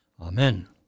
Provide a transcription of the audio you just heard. Amen